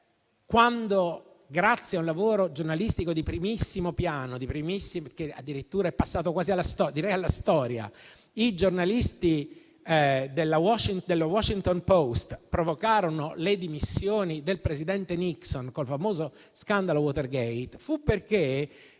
Quando cioè, grazie a un lavoro giornalistico di primissimo piano, che addirittura è passato quasi alla storia, i giornalisti del «The Washington Post» provocarono le dimissioni del presidente Nixon con il famoso scandalo Watergate, fu perché